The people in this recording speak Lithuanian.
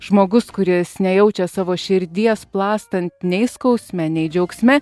žmogus kuris nejaučia savo širdies plastant nei skausme nei džiaugsme